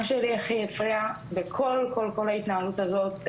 מה שלי הכי הפריע בכל ההתנהלות הזאת,